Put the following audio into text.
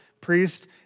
priest